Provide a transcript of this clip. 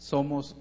Somos